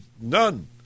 none